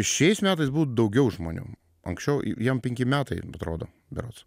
šiais metais buvo daugiau žmonių anksčiau jam penki metai atrodo berods